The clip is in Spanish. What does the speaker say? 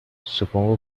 supongo